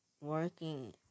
working